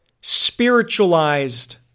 spiritualized